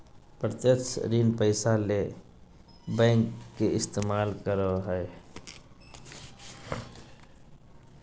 प्रत्यक्ष ऋण पैसा ले बैंक के इस्तमाल करो हइ